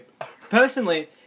Personally